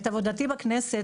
את עבודתי בכנסת,